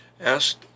asked